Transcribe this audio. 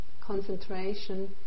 concentration